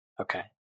Okay